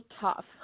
tough